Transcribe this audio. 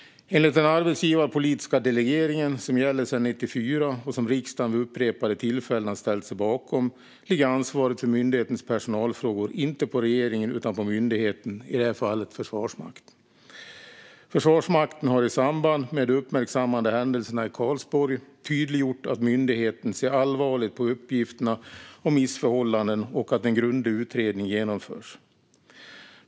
Enligt den arbetsgivarpolitiska delegeringen, som gäller sedan 1994 och som riksdagen vid upprepade tillfällen har ställt sig bakom, ligger ansvaret för myndighetens personalfrågor inte på regeringen utan på myndigheten, i det här fallet Försvarsmakten. Försvarsmakten har i samband med de uppmärksammade händelserna i Karlsborg, tydliggjort att myndigheten ser allvarligt på uppgifterna om missförhållanden och att en grundlig utredning genomförs.